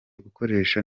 gukoresha